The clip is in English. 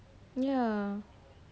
ya